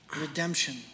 Redemption